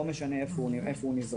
לא משנה איפה הוא נזרק,